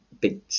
big